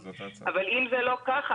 אם זה לא כך,